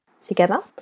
together